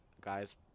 guys